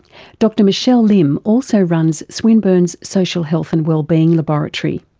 dr michelle lim also runs swinburne's social health and wellbeing laboratory.